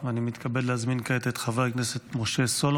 אני מתכבד להזמין כעת את חבר הכנסת משה סולומון.